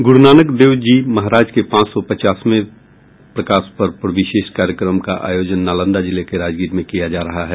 गुरुनानक देव जी महाराज के पांच सौ पचासवें प्रकाश पर्व पर विशेष कार्यक्रम का आयोजन नालंदा जिले के राजगीर में किया जा रहा है